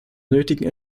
nötigen